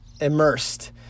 immersed